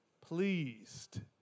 pleased